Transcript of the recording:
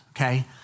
okay